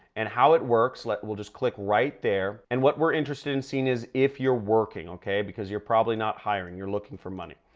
and how it works let will just click right there. and what we're interested in seeing is if you're working, okay? because you're probably not hiring, you're looking for money.